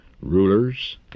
rulers